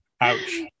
Ouch